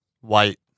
White